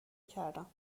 کردم